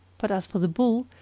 but as for the bull,